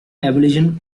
evolution